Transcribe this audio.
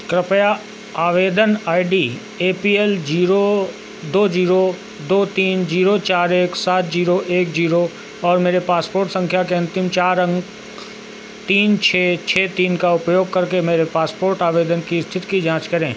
कृपया आवेदन I D A P L zero दो जीरो दो तीन जीरो चार एक सात जीरो एक जीरो और मेरे पासपोर्ट संख्या के अंतिम चार अंक तीन छः छः तीन का उपयोग करके मेरे पासपोर्ट आबेदन की स्थिति की जाँच करें